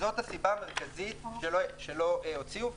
זו הסיבה המרכזית שלא הוציאו.